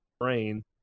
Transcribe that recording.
brain